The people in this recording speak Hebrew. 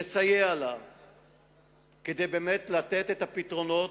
לסייע לה כדי לתת את הפתרונות.